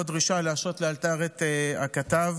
ובו דרישה להשעות לאלתר את הכתב.